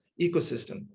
ecosystem